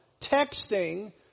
texting